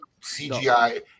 CGI